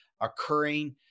occurring